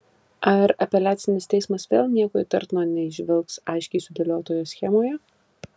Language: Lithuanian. ar apeliacinis teismas vėl nieko įtartino neįžvelgs aiškiai sudėliotoje schemoje